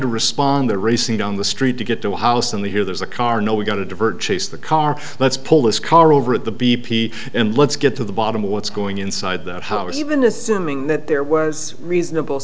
to respond the racing down the street to get to a house and they hear there's a car no we've got to divert chase the car let's pull this car over at the b p and let's get to the bottom of what's going inside the house even assuming that there was reasonable